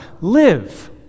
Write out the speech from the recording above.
live